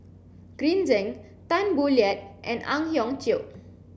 Green Zeng Tan Boo Liat and Ang Hiong Chiok